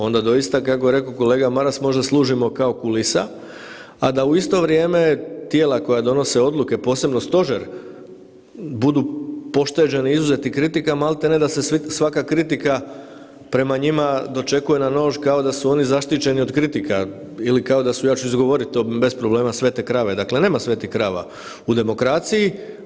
Onda doista kako je rekao kolega Maras možda služimo kao kulisa, a da u isto vrijeme tijela koja donose odluke posebno stožer budu pošteđeni, izuzeti kritika, malte ne da se svaka kritika prema njima dočekuje na nož kao da su oni zaštićeni od kritika ili kao da su ja ću izgovorit to bez problema, svete krave, dakle nema svetih krava u demokraciji.